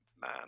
man